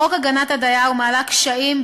חוק הגנת הדייר מעלה קשיים,